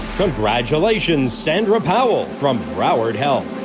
congratulations sandra powell from broward health